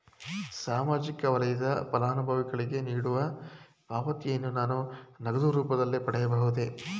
ಸಾಮಾಜಿಕ ವಲಯದ ಫಲಾನುಭವಿಗಳಿಗೆ ನೀಡುವ ಪಾವತಿಯನ್ನು ನಾನು ನಗದು ರೂಪದಲ್ಲಿ ಪಡೆಯಬಹುದೇ?